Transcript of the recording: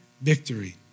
victory